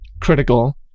critical